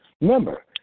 Remember